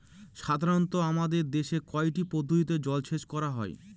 সাধারনত আমাদের দেশে কয়টি পদ্ধতিতে জলসেচ করা হয়?